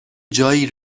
جایی